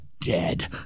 dead